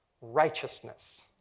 righteousness